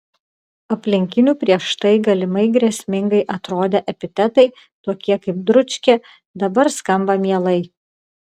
aplinkinių prieš tai galimai grėsmingai atrodę epitetai tokie kaip dručkė dabar skamba mielai